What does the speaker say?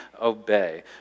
obey